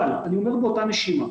אבל, אני אומר באותה נשימה,